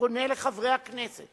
ופונה אל חברי הכנסת